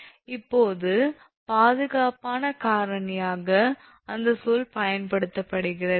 இப்போது பாதுகாப்புக்கான காரணியாக அந்த சொல் பயன்படுத்தப்படுகிறது